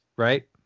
Right